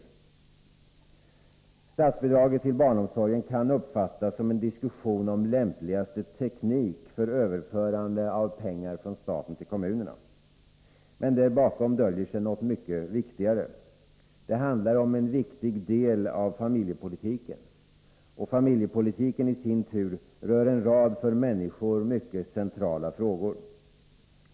Debatten om statsbidraget till barnomsorgen kan uppfattas som en diskussion om lämpligaste teknik för överförande av pengar från staten till kommunerna. Men där bakom döljer sig något mycket viktigare. Det handlar om en viktig del av familjepolitiken. Familjepolitiken i sin tur rör en rad för människor centrala frågor.